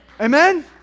Amen